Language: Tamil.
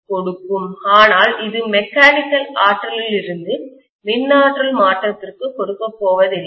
கொடுக்கும் ஆனால் அது மெக்கானிக்கல் இயந்திர ஆற்றலில் இருந்து மின் ஆற்றல் மாற்றத்திற்கு கொடுக்கப்போவதில்லை